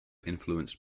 influenced